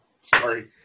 Sorry